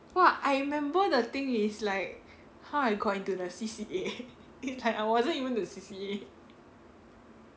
!wah! I remember the thing is like how I got into the C_C_A is like I wasn't even into the C_C_A